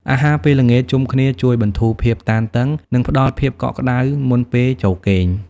អាហារពេលល្ងាចជុំគ្នាជួយបន្ធូរភាពតានតឹង និងផ្តល់ភាពកក់ក្តៅមុនពេលចូលគេង។